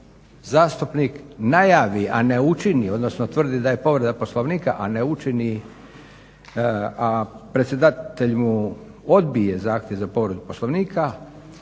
zastupnik najavi a ne učini, odnosno tvrdi da je povreda Poslovnika a ne učini, a predsjedatelj mu odbije zahtjev za povredu Poslovnika,